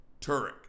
Turek